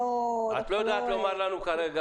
את לא יודעת לומר לנו כרגע?